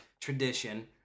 tradition